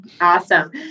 Awesome